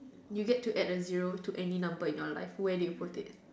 you get to add a zero to any number in your life where do you put it